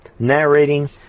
narrating